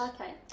okay